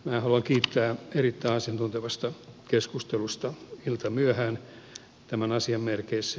minä haluan kiittää erittäin asiantuntevasta keskustelusta iltamyöhään tämän asian merkeissä